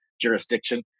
jurisdiction